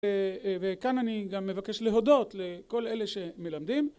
וכאן אני גם מבקש להודות לכל אלה שמלמדים.